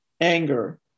anger